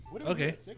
Okay